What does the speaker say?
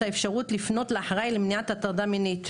האפשרות לפנות לאחראי למניעת הטרדה מינית.